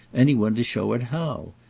any one to show it how.